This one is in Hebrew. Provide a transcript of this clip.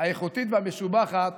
האיכותית והמשובחת